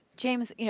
james,